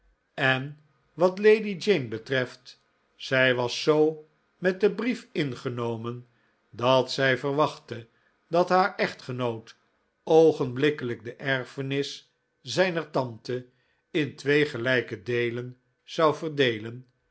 en wat lady jane betreft zij was zoo met den brief ingenomen dat zij verwachtte dat haar echtgenoot oogenblikkelijk de erfenis zijner tante in twee gelijke deelen zou verdeelen